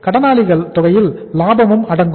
கடனாளிகள் தொகையில் லாபமும் அடங்கும்